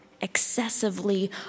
excessively